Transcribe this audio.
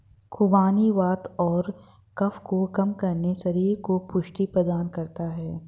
खुबानी वात और कफ को कम करके शरीर को पुष्टि प्रदान करता है